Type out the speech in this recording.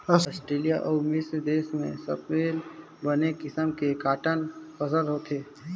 Australia अउ मिस्र देस में सबले बने किसम के कॉटन फसल होथे